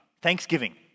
Thanksgiving